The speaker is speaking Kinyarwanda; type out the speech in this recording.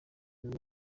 nibwo